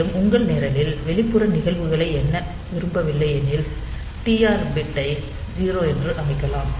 மேலும் உங்கள் நிரலில் வெளிப்புற நிகழ்வுகளை எண்ண விரும்பவில்லை எனில் டிஆர் பிட் ஐ 0 என்று அமைக்கலாம்